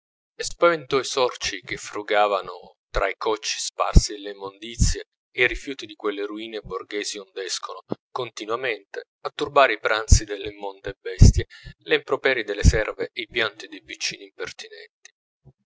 e spaventò i sorci che frugavano tra i cocci sparsi e le immondizie e i rifiuti di quelle ruine borghesi ond'escono continuamente a turbare i pranzi delle immonde bestie le improperie delle serve e i pianti dei piccini impertinenti